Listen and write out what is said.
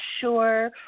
sure